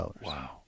Wow